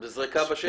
על זריקה בשטח.